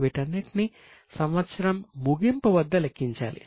వీటన్నింటిని సంవత్సరం ముగింపు వద్ద లెక్కించాలి